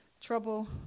trouble